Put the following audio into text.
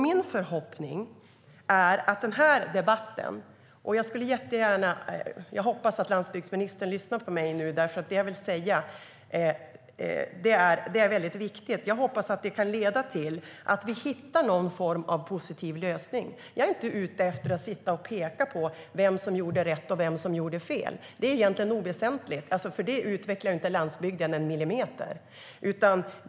Min förhoppning - och jag hoppas att landsbygdsministern lyssnar på mig nu, för det jag vill säga är viktigt - är att den här debatten kan leda till att vi hittar någon form av positiv lösning. Jag är inte ute efter att sitta och peka på vem som gjorde rätt och vem som gjorde fel. Det är egentligen oväsentligt, för det utvecklar inte landsbygden en millimeter.